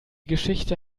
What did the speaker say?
geschichte